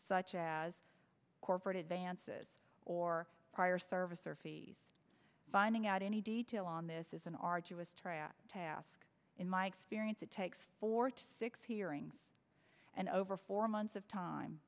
such as corporate advances or prior service or fees finding out any detail on this is an arduous task in my experience it takes four to six hearings and over four months of time